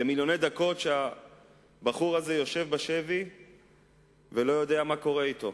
זה מיליוני דקות שהבחור הזה יושב בשבי ולא יודע מה קורה אתו.